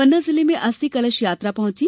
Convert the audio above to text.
पन्ना जिले में अस्थि कलश यात्रा पहुंची